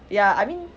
ya I mean